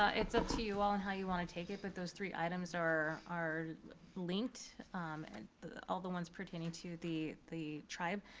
ah it's up to you all in how you want to take it, but those three items are are linked. and all the ones pertaining to the the tribe.